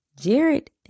Jared